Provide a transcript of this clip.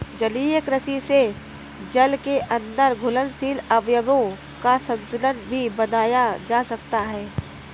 जलीय कृषि से जल के अंदर घुलनशील अवयवों का संतुलन भी बनाया जा सकता है